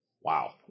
Wow